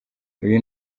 uyu